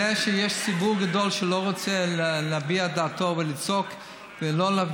זה שיש ציבור גדול שלא רוצה להביע את דעתו ולצעוק ולהפגין,